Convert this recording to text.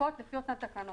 הצדקות לפי אותן תקנות.